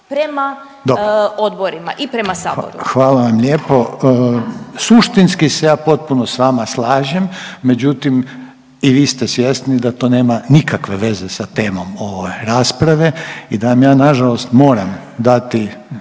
prema odborima i prema saboru. **Reiner, Željko (HDZ)** Hvala vam lijepo. Suštinski se ja potpuno s vama slažem, međutim i vi ste svjesni da to nema nikakve veze sa temom ove rasprave i da vam ja nažalost moram dati 4.